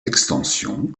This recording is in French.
extensions